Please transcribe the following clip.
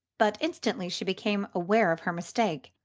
but instantly she became aware of her mistake.